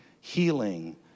healing